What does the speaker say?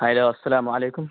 hello السلام علیکم